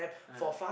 ah